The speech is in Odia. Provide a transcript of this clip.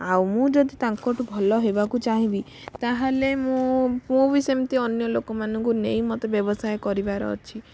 ଆଉ ମୁଁ ଯଦି ତାଙ୍କ ଠୁ ଭଲ ହେବାକୁ ଚାହିଁବି ତା'ହେଲେ ମୁଁ ମୁଁ ବି ସେମିତି ଅନ୍ୟ ଲୋକମାନଙ୍କୁ ନେଇ ମୋତେ ବ୍ୟବସାୟ କରିବାର ଅଛି